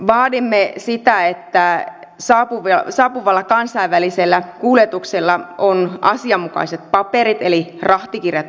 vaadimme sitä että saapuvalla kansainvälisellä kuljetuksella on asianmukaiset paperit eli rahtikirjat olemassa